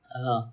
அதான்:athaan